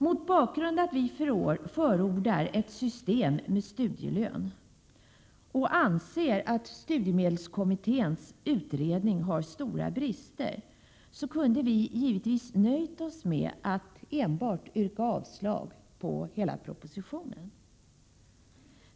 Mot bakgrund av att vpk förordar ett system med studielön och anser att 19 studiemedelskommitténs utredning har stora brister, kunde vi givetvis ha nöjt oss med att enbart yrka avslag på hela propositionen.